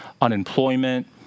unemployment